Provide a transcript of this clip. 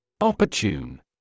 Opportune